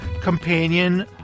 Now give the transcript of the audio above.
companion